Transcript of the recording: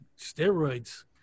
Steroids